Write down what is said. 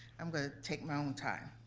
i'm gonna take my own time.